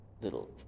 little